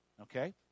Okay